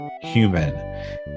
human